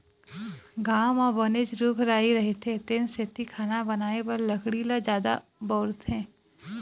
गाँव म बनेच रूख राई रहिथे तेन सेती खाना बनाए बर लकड़ी ल जादा बउरथे